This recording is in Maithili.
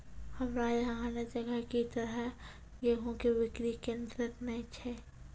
हमरा यहाँ अन्य जगह की तरह गेहूँ के बिक्री केन्द्रऽक नैय छैय?